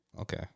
Okay